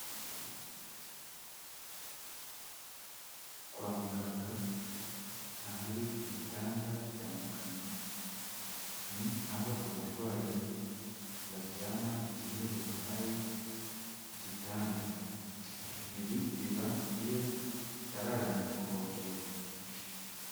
Kwa muganga ahari ibitanda bitandukanye, ni aho abarwayi baryama igihe babahaye igitanda. Ibi biba iyo batararangiza kubavura.